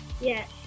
Yes